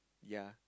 yea